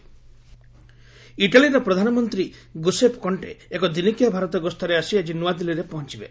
Italian PM ଇଟାଲୀର ପ୍ରଧାନମନ୍ତ୍ରୀ Giuseppe Conte ଏକ ଦିନିକିଆ ଭାରତ ଗସ୍ତରେ ଆସି ଆଜି ନୂଆଦିଲ୍ଲୀରେ ପହଞ୍ଚବେ